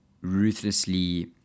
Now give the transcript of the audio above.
ruthlessly